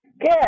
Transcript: Good